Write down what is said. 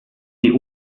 die